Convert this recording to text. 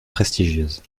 prestigieuse